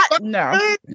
no